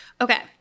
Okay